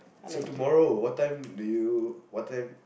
so tomorrow what time do you what time